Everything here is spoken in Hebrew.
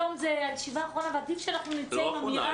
היום זו הישיבה האחרונה ועדיף שאנחנו נצא עם אמירה.